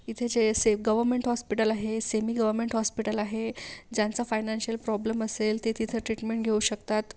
इथे जे असे गव्हर्नमेंट हॉस्पिटल आहे सेमी गव्हर्नमेंट हॉस्पिटल आहे ज्यांचा फायनान्सियल प्रॉब्लेम असेल ते तिथे ट्रीटमेंट घेऊ शकतात